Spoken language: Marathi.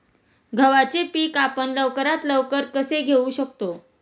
गव्हाचे पीक आपण लवकरात लवकर कसे घेऊ शकतो?